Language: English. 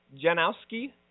Janowski